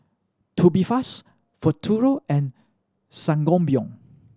Tubifast Futuro and Sangobion